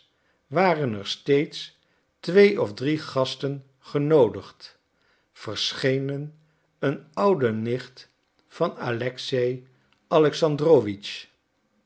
waren er steeds twee of drie gasten genoodigd verschenen een oude nicht van alexei